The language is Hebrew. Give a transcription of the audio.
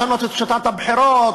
לשנות את שיטת הבחירות,